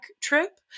trip